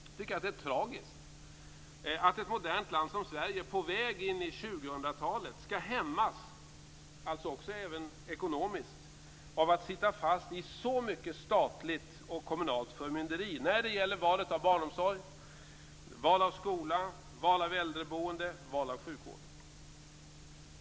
Jag tycker att det är tragiskt att ett modernt land som Sverige på väg in i 2000-talet skall hämmas - alltså även ekonomiskt - av att sitta fast i så mycket statligt och kommunalt förmynderi när det gäller valet av barnomsorg, val av skola, val av äldreboende och val av sjukvård.